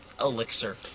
Elixir